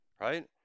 right